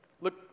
Look